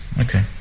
Okay